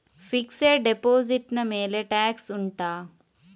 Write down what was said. fixed deposit ನ ಮೇಲೆ tax ಉಂಟಾ